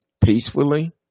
peacefully